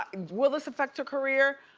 and will this affect her career?